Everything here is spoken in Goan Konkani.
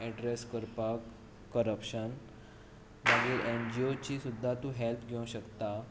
एड्रेस करपाक करप्शन मागीर एन जी ओची सुद्दां तूं हॅल्प घेवंक शकता